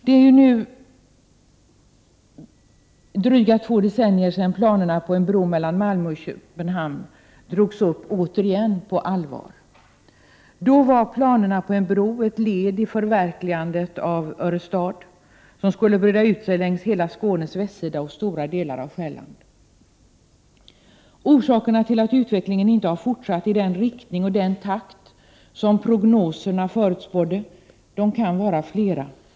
Det är nu drygt två decennier sedan planerna på en bro mellan Malmö och Köpenhamn återigen drogs upp på allvar. Då var planerna på en bro ett led i förverkligandet av Örestad, som skulle byggas ut längs Skånes hela västsida och på stora delar av Själland. Orsakerna till att utvecklingen inte fortsatt i den riktning och den takt som prognoserna förutspådde kan vara flera.